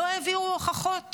לא הביאו הוכחות